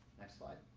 next slide.